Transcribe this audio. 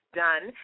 done